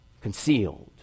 concealed